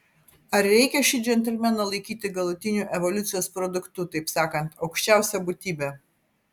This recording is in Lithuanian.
ar reikia šį džentelmeną laikyti galutiniu evoliucijos produktu taip sakant aukščiausia būtybe